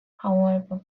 however